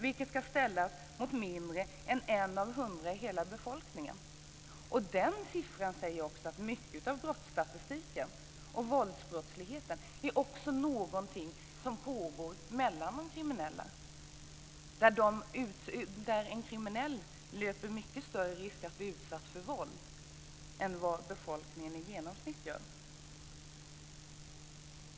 Detta ska ställas mot mindre än en av hundra i hela befolkningen. Den siffran säger också att mycket av brottsligheten och våldsbrottsligheten är någonting som pågår mellan de kriminella. En kriminell löper mycket större risk att bli utsatt för våld än vad befolkningen i genomsnitt gör.